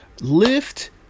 lift